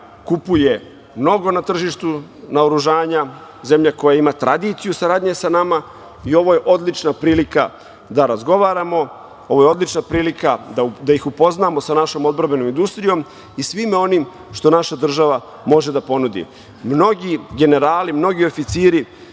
kupuje mnogo na tržištu naoružanja, zemlja koja ima tradiciju saradnje sa nama i ovo je odlična prilika da razgovaramo, ovo je odlična prilika da ih upoznamo sa našom odbrambenom industrijom i svime onim što naša država može da ponudi. Mnogi generalni i mnogi oficiri